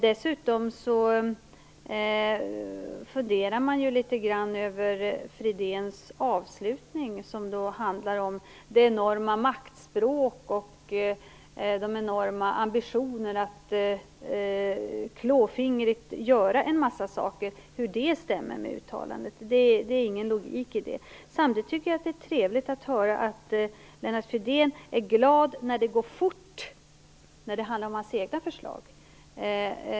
Dessutom funderar man litet över Fridéns avslutning, som handlar det enorma maktspråk och de enorma ambitionerna att klåfingrigt göra en massa saker. Det stämmer inte med uttalandet, det är ingen logik i det. Samtidigt tycker jag att det är trevligt att höra att Lennart Fridén är glad när det går fort när det handlar om hans egna förslag.